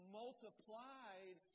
multiplied